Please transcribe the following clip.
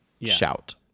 Shout